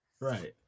right